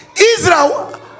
Israel